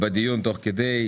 בדיון תוך כדי.